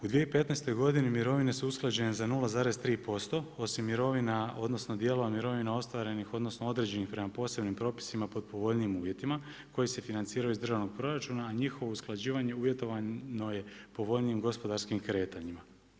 U 2015. godini mirovine su usklađene za 0,3% osim mirovina, odnosno dijela mirovina ostvarenih, odnosno, određenih prema posebnim propisima, pod povoljnijim uvjetima koji se financiraju iz državnog proračuna, a njihovo usklađivanje uvjetovano je povoljnijim gospodarskim kretanjima.